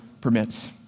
permits